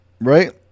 right